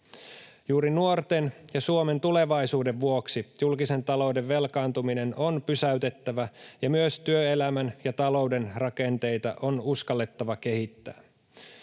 Juuri nuorten ja Suomen tulevaisuuden vuoksi julkisen talouden velkaantuminen on pysäytettävä, ja myös työelämän ja talouden rakenteita on uskallettava kehittää.